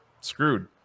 screwed